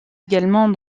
également